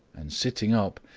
and sitting up,